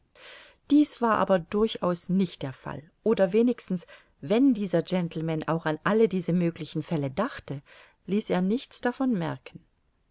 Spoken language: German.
dies war aber durchaus nicht der fall oder wenigstens wenn dieser gentleman auch an alle diese möglichen fälle dachte ließ er nichts davon merken